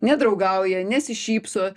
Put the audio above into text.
nedraugauja nesišypso